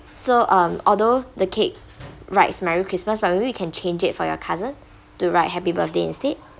so um although the cake writes merry christmas but maybe you can change it for your cousin to write happy birthday instead